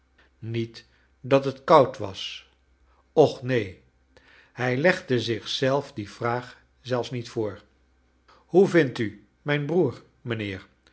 niet dat het koud was och neen hij legde zich zelf die vraag zelfs niet voor hoe vindt u mijn broer mijnheer